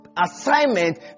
assignment